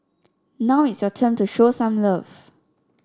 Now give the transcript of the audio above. now it's your turn to show some love